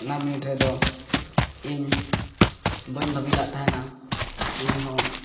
ᱚᱱᱟ ᱵᱤᱱᱤᱰ ᱨᱮᱫᱚ ᱤᱧ ᱵᱟᱹᱧ ᱵᱷᱟᱵᱤᱞᱮᱫ ᱛᱟᱦᱮᱱᱟ ᱠᱤ ᱤᱧᱦᱚᱸ